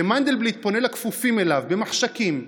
שמנדלבליט פונה אל הכפופים אליו במחשכים,